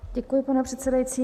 Děkuji, pane předsedající.